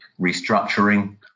restructuring